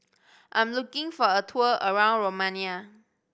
I'm looking for a tour around Romania